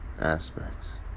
aspects